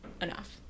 enough